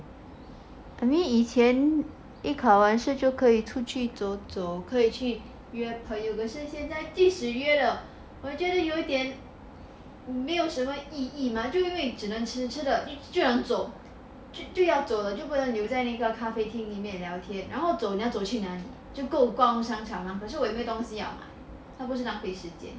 I mean 以前一考完试就可以出去走走可是现在即使约了我觉得有点没有什么意义 mah 就因为只能吃吃不能走就要走了就不能留在那个咖啡厅里面聊天然后走你要走去哪里就够逛商场可是我也没有东西要买那不是浪费时间